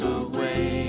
away